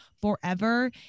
forever